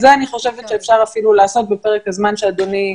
את זה אני חושבת שאפשר אפילו לעשות בפרק הזמן שאדוני נקב,